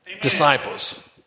Disciples